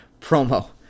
promo